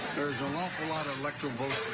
there's an awful lot of electoral votes